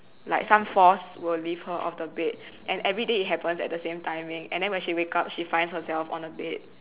like some force will lift her off the bed and everyday it happens at the same timing and then when she wake up she finds herself on the bed